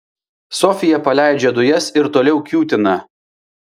sofija paleidžia dujas ir toliau kiūtina